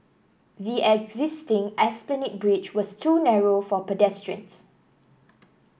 the existing Esplanade Bridge was too narrow for pedestrians